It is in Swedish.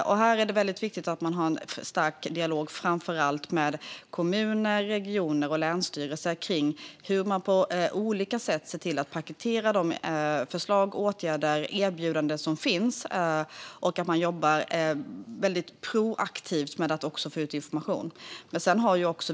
Här är det viktigt att man har en stark dialog, framför allt med kommuner, regioner och länsstyrelser, om hur man på olika sätt paketerar de förslag, åtgärder och erbjudanden som finns och att man jobbar proaktivt med att få ut information.